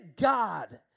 God